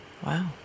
Wow